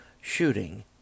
shooting